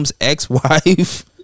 Ex-wife